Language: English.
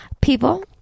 People